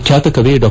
ಖ್ಯಾತ ಕವಿ ಡಾ